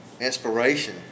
inspiration